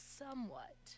somewhat